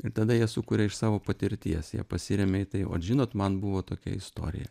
ir tada jie sukuria iš savo patirties jie pasiremia į tai vat žinot man buvo tokia istorija